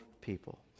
people